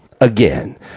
Again